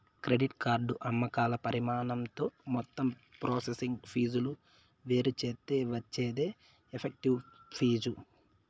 credit card అమ్మకాల పరిమాణంతో మొత్తం ప్రాసెసింగ్ ఫీజులు వేరుచేత్తే వచ్చేదే ఎఫెక్టివ్ ఫీజు